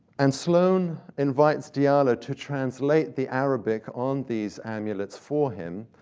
and sloane invites diallo to translate the arabic on these amulets for him,